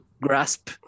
grasp